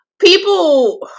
people